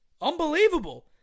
Unbelievable